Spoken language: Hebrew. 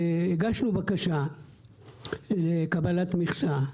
הגשנו בקשה לקבלת מכסה,